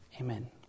Amen